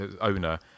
owner